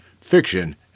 fiction